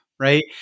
right